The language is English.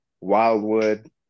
Wildwood